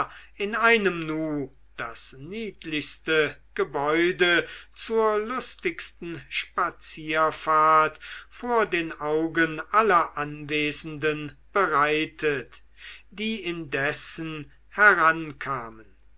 in einem nu das niedlichste gebäude zur lustigsten spazierfahrt vor den augen aller anwesenden bereitet die indessen herankamen